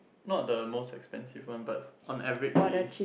not the most expensive one but on average it is